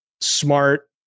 smart